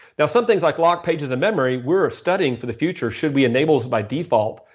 now, some things like locked pages in memory, we're studying for the future, should we enable it by default?